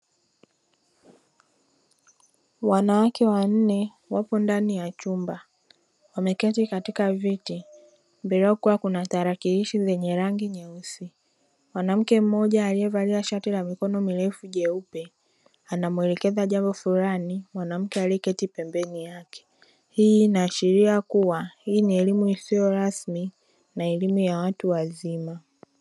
Wanawake wanne wapo ndani ya chumba wameketi katika viti, mbele yao kukiwa kuna tarakilishi zenye rangi nyeusi. Mwanamke mmoja aliyevalia shati la mikono mirefu jeupe, anamuelekeza jambo fulani mwanamke aliyeketi pembeni yake, hii inaashiria kuwa hii ni elimu isiyo rasmi na elimu ya watu wazima.